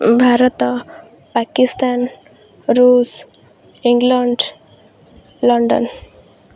ଭାରତ ପାକିସ୍ତାନ ଋଷ England London